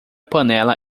panela